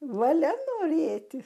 valia norėti